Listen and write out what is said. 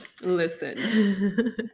Listen